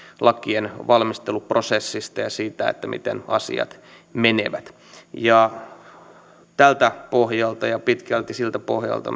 lakien valmisteluprosessista ja siitä miten asiat menevät tältä pohjalta ja pitkälti siltä pohjalta